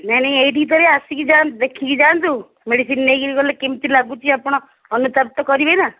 ନାଇଁ ନାଇଁ ଏଇଠି କି ଥରେ ଆସିକି ଯାଆନ୍ତୁ ଦେଖିକି ଯାଆନ୍ତୁ ମେଡ଼ିସିନ୍ ନେଇକିରି ଗଲେ କେମତି ଲାଗୁଛି ଆପଣ ଅନୁତାପ ତ କରିବେ ନା